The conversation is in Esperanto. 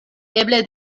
eble